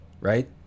right